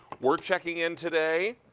we're checking in today